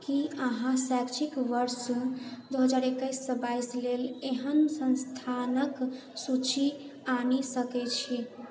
की अहाँ शैक्षिक वर्ष दू हजार एकैस सँ बाईस लेल एहन संस्थानक सूचि आनि सकैत छी